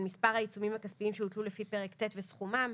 מספר העיצומים הכספיים שהוטלו לפי פרק ט' וסכומם.